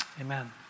amen